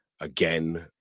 again